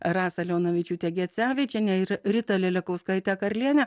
rasa leonavičiūtė gecevičienė ir rita lelekauskaitė karliene